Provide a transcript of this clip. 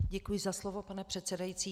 Děkuji za slovo, pane předsedající.